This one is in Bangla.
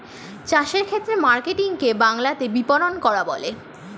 চাষের ক্ষেত্রে মার্কেটিং কে বাংলাতে বিপণন করা বলে